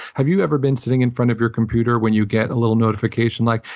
have you ever been sitting in front of your computer when you get a little notification like,